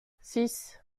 six